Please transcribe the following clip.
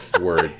word